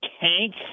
tank